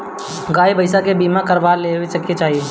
गाई भईसा के बीमा करवा लेवे के चाही